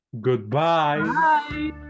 Goodbye